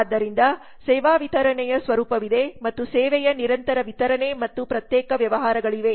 ಆದ್ದರಿಂದ ಸೇವಾ ವಿತರಣೆಯ ಸ್ವರೂಪವಿದೆ ಮತ್ತು ಸೇವೆಯ ನಿರಂತರ ವಿತರಣೆ ಮತ್ತು ಪ್ರತ್ಯೇಕ ವ್ಯವಹಾರಗಳಿವೆ